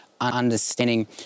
understanding